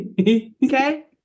Okay